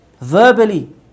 verbally